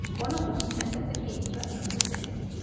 one of them said that the key was at number six.